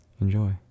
Enjoy